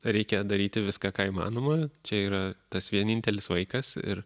reikia daryti viską ką įmanoma čia yra tas vienintelis vaikas ir